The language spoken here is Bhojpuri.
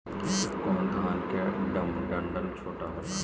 कौन धान के डंठल छोटा होला?